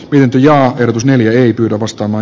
lintuja ja neliöitä lavastama